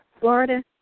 Florida